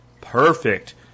perfect